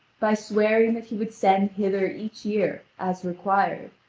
by swearing that he would send hither each year, as required,